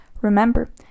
Remember